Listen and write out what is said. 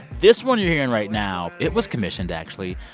this one you're hearing right now it was commissioned, actually,